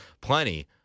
plenty